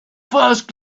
first